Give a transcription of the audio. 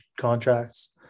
contracts